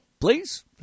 please